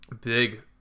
big